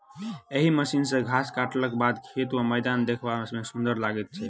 एहि मशीन सॅ घास काटलाक बाद खेत वा मैदान देखबा मे सुंदर लागैत छै